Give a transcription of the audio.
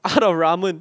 out of ramen